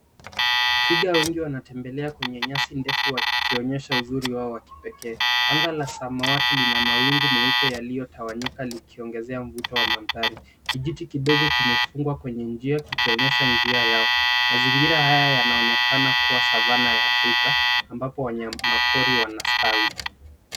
Twiga wengi wanatembelea kwenye nyasi ndefu wakionyesha uzuri wao wakipekee. Anga la samawati lina mawingu meupe yaliyotawanyika likiongezea mvuto wa manthari. Kijiti kidogo kimefungwa kwenye njia ikionyesha njia yao . Mazingira haya yanaonekana kuwa savana ya Afrika ambapo wanyama pori wanastawi.